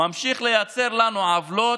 ממשיך לייצר לנו עוולות,